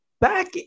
Back